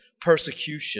persecution